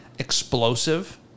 explosive